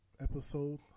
episode